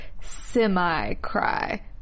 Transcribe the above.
semi-cry